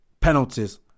Penalties